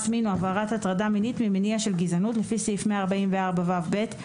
מין או עבירת הטרדה מינית ממניע של גזענות לפי סעיף 144ו(ב)